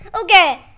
Okay